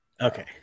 Okay